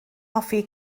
hoffi